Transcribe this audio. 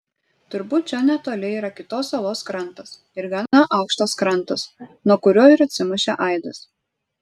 turbūt čia netoli yra kitos salos krantas ir gana aukštas krantas nuo kurio ir atsimušė aidas